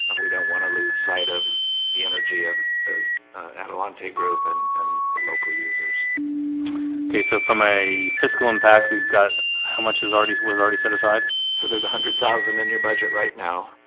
we don't want to lose sight of the energy of adelante group and and the local users okay, so from a fiscal impact we've got how much is already was already set aside so there's a hundred thousand in your budget right now